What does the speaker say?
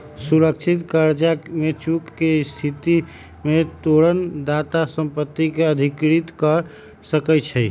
सुरक्षित करजा में चूक के स्थिति में तोरण दाता संपत्ति के अधिग्रहण कऽ सकै छइ